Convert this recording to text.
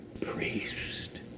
priest